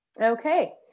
Okay